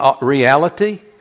reality